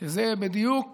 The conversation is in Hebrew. שזה בדיוק